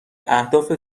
اهداف